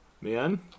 man